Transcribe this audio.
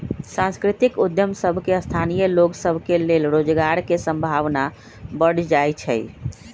सांस्कृतिक उद्यम सभ में स्थानीय लोग सभ के लेल रोजगार के संभावना बढ़ जाइ छइ